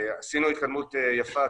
עשינו התקדמות יפה,